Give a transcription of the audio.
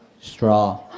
straw